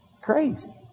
Crazy